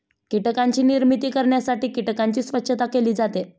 कीटकांची निर्मिती करण्यासाठी कीटकांची स्वच्छता केली जाते